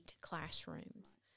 classrooms